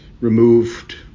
removed